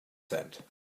sand